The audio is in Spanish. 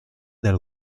del